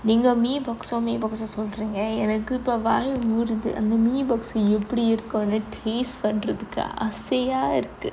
நீங்க:neenga mee bakso mee bakso சொல்றீங்க எனக்கு இப்ப வாய் ஊறுது அந்த:solreenga enakku ippa vaai ooruthu antha mee bakso எப்படி இருக்கும்னு:eppadi irukkumnu taste பண்றதுக்கு ஆசையா இருக்கு:panrathukku aasaiya irukku